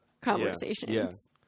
conversations